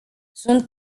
sunt